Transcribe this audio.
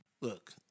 Look